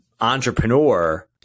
entrepreneur